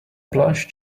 plush